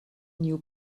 new